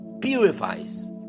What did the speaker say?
purifies